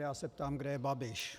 Já se ptám, kde je Babiš.